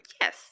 Yes